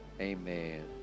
Amen